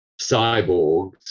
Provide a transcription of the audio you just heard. cyborgs